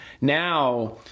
Now